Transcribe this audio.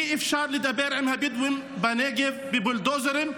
אי-אפשר לדבר עם הבדואים בנגב עם בולדוזרים.